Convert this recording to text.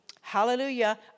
Hallelujah